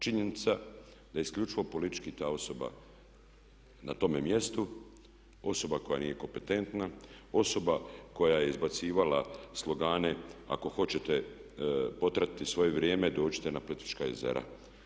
Činjenica da je isključivo politički ta osoba na tome mjestu, osoba koja nije kompetentna, osoba koja je izbacivala slogane ako hoćete potratiti svoje vrijeme dođite na Plitvička jezera.